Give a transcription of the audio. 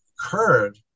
occurred